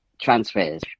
transfers